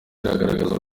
riragaragaza